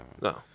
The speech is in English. No